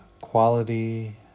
quality